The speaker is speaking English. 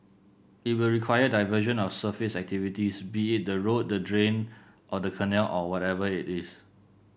it will require diversion of surface activities be it the road the drain or the canal or whatever it is